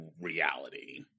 reality